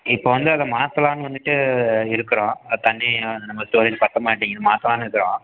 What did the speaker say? இப்போ வந்து அதை மாற்றலான்னு வந்துட்டு இருக்கிறோம் அந்த தண்ணி நம்ம தொழிலுக்கு பற்ற மாட்டேங்குது மாற்றலான்னு இருக்கிறோம்